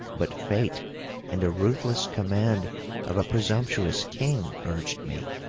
but fate and the ruthless command of a presumptuous king urged me.